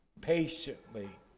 patiently